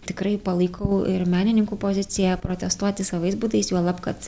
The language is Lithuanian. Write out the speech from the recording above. tikrai palaikau ir menininkų poziciją protestuoti savais būdais juolab kad